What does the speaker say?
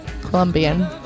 colombian